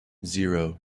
zero